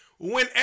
Whenever